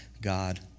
God